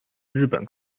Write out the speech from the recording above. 日本